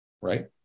right